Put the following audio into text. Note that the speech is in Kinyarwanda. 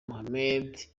mohammed